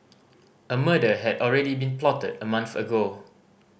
a murder had already been plotted a month ago